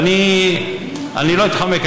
ואני לא אתחמק,